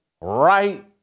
right